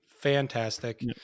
fantastic